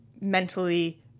mentally